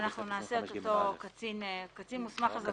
נאמר קצין בכיר במקום קצין מוסמך.